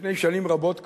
שלפני שנים רבות כבר,